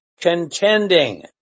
contending